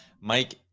Mike